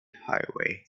highway